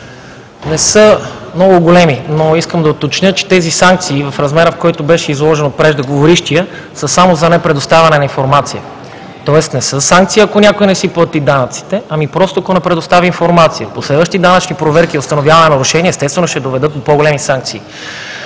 не са много големи. Но искам да уточня, че тези санкции в размера, в който беше изложен от преждеговорившия, са само за непредоставяне на информация. Тоест, не са санкции, ако някой не си плати данъците, ами просто, ако не предостави информация. При следващи данъчни проверки и установяване на нарушения естествено ще доведе и до по-големи санкции.